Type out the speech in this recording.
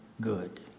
good